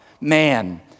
man